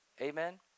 amen